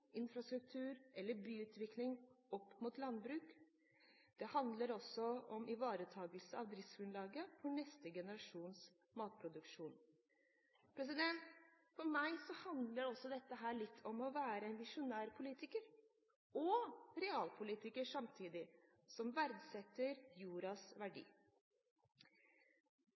infrastruktur eller byutvikling opp mot landbruk. Det handler også om ivaretakelse av driftsgrunnlaget for neste generasjoners matproduksjon. For meg handler dette litt om å være visjonær politiker – og samtidig realpolitiker– som verdsetter jordens verdi.